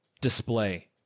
display